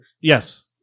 Yes